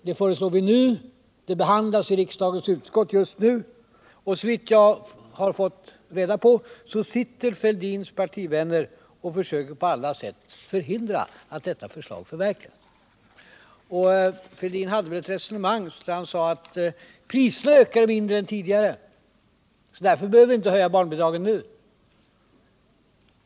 Det föreslår vi nu. Förslaget behandlas i utskottet just nu, och såvitt jag fått veta sitter Thorbjörn Fälldins partivänner och försöker på alla sätt förhindra att det förverkligas. Thorbjörn Fälldin förde ett resonemang där han sade att priserna ökat mindre än tidigare, så därför behöver vi inte höja barnbidragen nu.